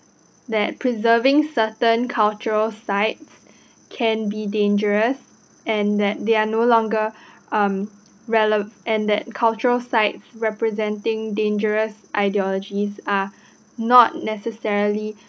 that preserving certain cultural sites can be dangerous and that they are no longer um rele~ and that culture sites representing dangerous ideologies are not necessarily